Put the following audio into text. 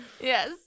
Yes